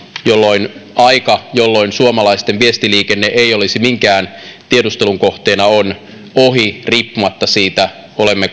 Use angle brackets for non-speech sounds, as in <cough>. jolloin aika jolloin suomalaisten viestiliikenne ei olisi minkään tiedustelun kohteena on ohi riippumatta siitä mitä olemme <unintelligible>